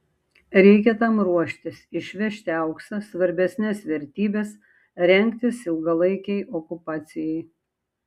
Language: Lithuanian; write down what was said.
reikia tam ruoštis išvežti auksą svarbesnes vertybes rengtis ilgalaikei okupacijai